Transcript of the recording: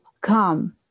come